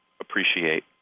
appreciate